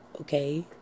Okay